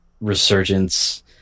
resurgence